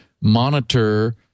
monitor